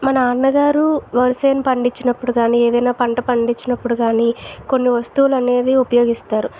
మా నాన్న గారు వరిసేను పండించినప్పుడు కానీ ఏదైనా పంట పండించినప్పుడు కానీ కొన్ని వస్తువులు అనేవి ఉపయోగిస్తారు